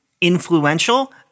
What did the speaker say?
influential